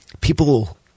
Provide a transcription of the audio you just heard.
people